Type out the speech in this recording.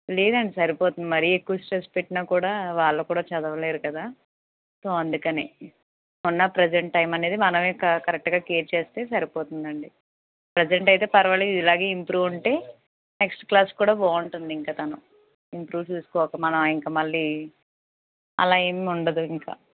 లేదండి సరిపోతుంది మరి ఎక్కువ స్ట్రెస్ పెట్టిన కూడా వాళ్ళు కూడా చదవలేరు కదా సో అందుకని ఉన్న ప్రెసెంట్ టైం అనేది మనమే కరెక్ట్గా కేర్ చేస్తే సరిపోతుంది అండి ప్రెసెంట్ అయితే పర్వాలేదు ఇలాగే ఇంప్రూవ్ ఉంటే నెక్స్ట్ క్లాస్ కూడా బాగుంటుంటుంది ఇంక తను ఇంప్రూవ్ చూసుకోక మనం ఇంక మళ్ళీ అలా ఏమి ఉండదు ఇంక